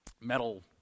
metal